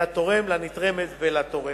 התורם לנתרמת ולתורמת.